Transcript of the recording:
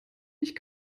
nicht